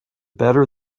better